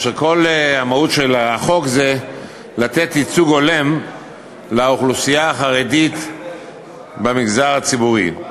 כל המהות של החוק זה לתת ייצוג הולם לאוכלוסייה החרדית במגזר הציבורי.